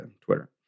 Twitter